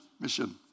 mission